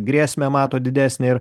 grėsmę mato didesnę ir